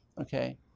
Okay